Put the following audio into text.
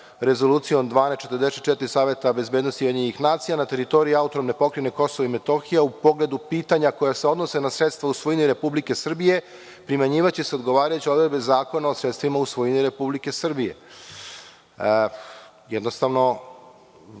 Rezolucijom 1244 Saveta bezbednosti UN na teritoriji AP Kosova i Metohije po pogledu pitanja koja se odnose na sredstva u svojini Republike Srbije primenjivaće se odgovarajuće odredbe Zakona o sredstvima u svojini Republike Srbije.